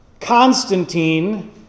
Constantine